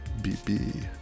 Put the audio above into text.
BB